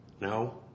No